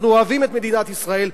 אנחנו אוהבים את מדינת ישראל,